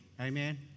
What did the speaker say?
Amen